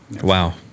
Wow